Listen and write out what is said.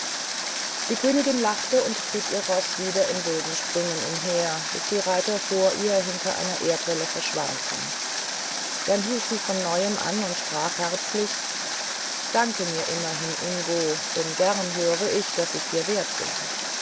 die königin lachte und trieb ihr roß wieder in wilden sprüngen umher bis die reiter vor ihr hinter einer erdwelle verschwanden dann hielt sie von neuem an und sprach herzlich danke mir immerhin ingo denn gern höre ich daß ich dir wert bin